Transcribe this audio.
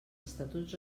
estatuts